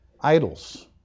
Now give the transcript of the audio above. Idols